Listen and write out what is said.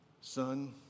Son